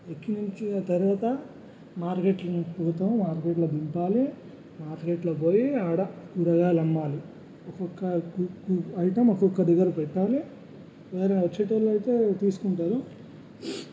ఎక్కించిన తరువాత మార్కెట్లోకి పోతాం మార్కెట్లో దింపాలి మార్కెట్లో పోయి అక్కడ కూరగాయలు అమ్మాలి ఒక్కొక్క ఐటెమ్ ఒక్కొక్క దగ్గర పెట్టాలి ఎవరైనా వచ్చేటోళ్లు అయితే తీసుకుంటారు